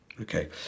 Okay